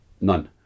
None